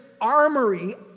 armory